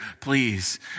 please